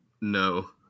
No